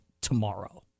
tomorrow